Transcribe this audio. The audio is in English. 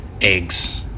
eggs